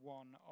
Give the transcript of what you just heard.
one